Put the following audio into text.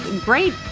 great